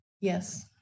Yes